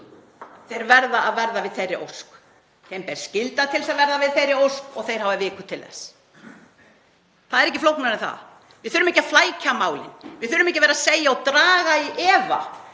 þeir verða að verða við þeirri ósk. Þeim ber skylda til þess að verða við þeirri ósk og þeir hafa viku til þess. Það er ekki flóknara en það. Við þurfum ekki að flækja málin, við þurfum ekki að draga í efa